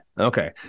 Okay